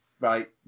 right